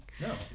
No